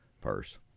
purse